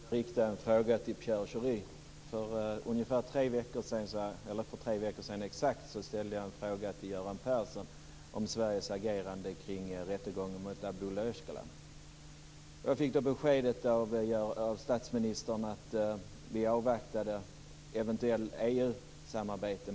Fru talman! Jag skulle vilja rikta en fråga till Pierre Schori. För exakt tre veckor sedan ställde jag en fråga till Göran Persson om Sveriges agerande kring rättegången mot Abdullah Öcalan. Jag fick då beskedet av statsministern att Sverige avvaktade ett eventuellt EU-samarbete.